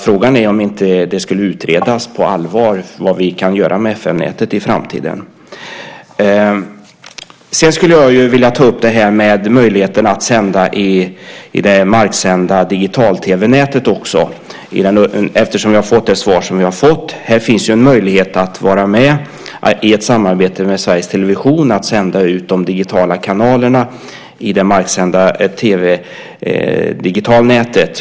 Frågan är om det inte skulle utredas på allvar vad vi kan göra med FM-nätet i framtiden. Jag vill ta upp möjligheten att sända också i det marksända digital-tv-nätet, eftersom vi har fått det svar som vi har fått. Här finns en möjlighet att vara med i ett samarbete med Sveriges Television och att sända ut de digitala kanalerna i det marksända digital-tv-nätet.